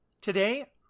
Today